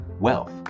Wealth